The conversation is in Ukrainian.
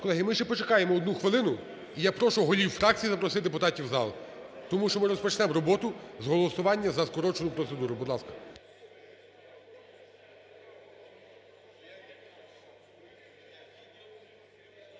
Колеги, ми ще почекаємо одну хвилину. І я прошу голів фракцій запросити депутатів в зал, тому що ми розпочнемо роботу з голосування за скорочену процедуру. Будь ласка.